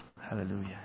Hallelujah